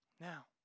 Now